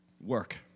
Work